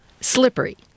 Slippery